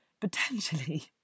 potentially